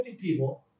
people